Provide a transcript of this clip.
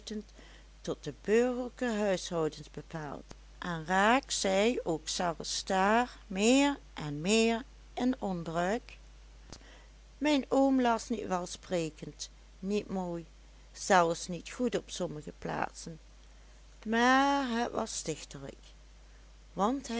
tot de burgerlijke huishoudens bepaald en raakt zij ook zelfs daar meer en meer in onbruik mijn oom las niet welsprekend niet mooi zelfs niet goed op sommige plaatsen maar het was stichtelijk want hij